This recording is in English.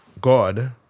God